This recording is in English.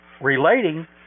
relating